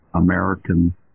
American